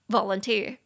Volunteer